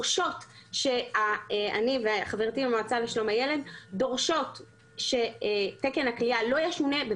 אני וחברתי מהמועצה לשלום הילד דורשות שתקן הכליאה לא ישונה,